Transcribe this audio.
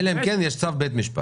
אלא אם כן יש צו של בית המשפט.